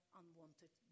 unwanted